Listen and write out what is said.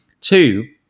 Two